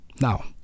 Now